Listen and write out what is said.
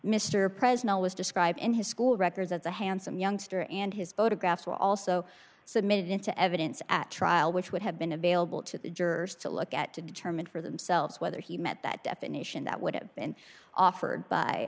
mr president was described in his school records as a handsome youngster and his photographs were also submitted into evidence at trial which would have been available to the jurors to look at to determine for themselves whether he met that definition that would have been offered by